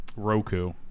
roku